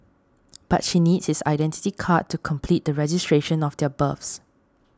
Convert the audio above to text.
but she needs his Identity Card to complete the registration of their births